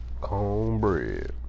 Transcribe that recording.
cornbread